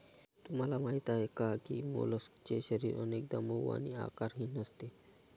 तुम्हाला माहीत आहे का की मोलस्कचे शरीर अनेकदा मऊ आणि आकारहीन असते